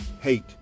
hate